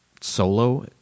solo